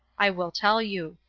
i will tell you.